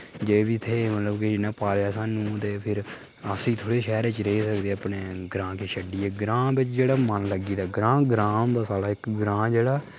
जे बी हे मतलब कि जि'नें पालेआ साह्नू ते फिर अस इत्थुआं दे शैह्रै च रेही सकदे अपने ग्रांऽ गी छड्डियै ग्रांऽ बिच जेह्ड़ा मन लग्गी दा ग्रांऽ ग्रांऽ होंदा साढ़ा इक ग्रांऽ जेह्ड़ा